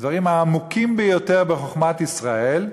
דברים עמוקים ביותר בחוכמת ישראל,